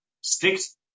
Six